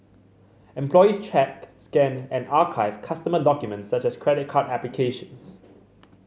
employees check scan and archive customer documents such as credit card applications